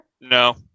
No